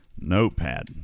Notepad